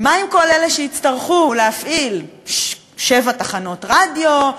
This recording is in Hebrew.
מה עם כל אלה שיצטרכו להפעיל שבע תחנות רדיו,